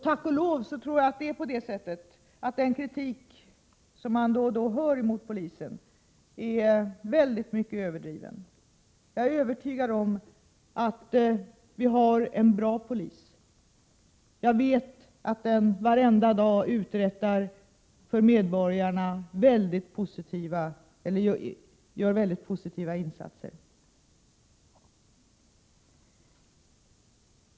Tack och lov tror jag att den kritik som man då och då hör mot polisen är kraftigt överdriven. Jag är övertygad om att vi har en bra polis. Jag vet att den varenda dag gör för medborgarna mycket positiva insatser.